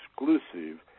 exclusive